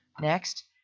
Next